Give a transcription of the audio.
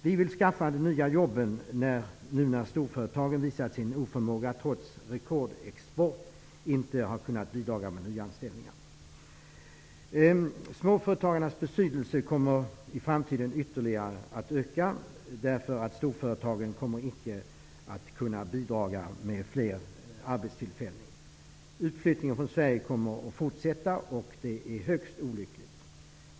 Vi vill skaffa de nya jobben, nu när storföretagen visat sin oförmåga och trots rekordexport inte har kunnat bidra med nyanställningar. Småföretagarnas betydelse kommer i framtiden att öka ytterligare, därför att storföretagen icke kommer att kunna bidra med fler arbetstillfällen. Utflyttningen från Sverige kommer att fortsätta. Det är högst olyckligt.